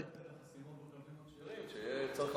עשינו גם דברים אחרים, ויהיה צריך